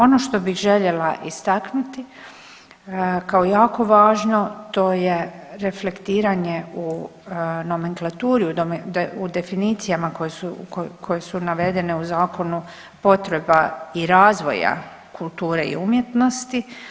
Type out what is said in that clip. Ono što bih željela istaknuti kao jako važno to je reflektiranje u nomenklaturi, u definicijama koje su navedene u zakonu potreba i razvoja kulture i umjetnosti.